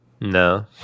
No